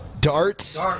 Darts